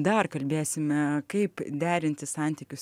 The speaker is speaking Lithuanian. dar kalbėsime kaip derinti santykius